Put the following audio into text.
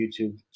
YouTube